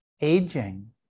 aging